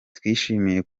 twishimiye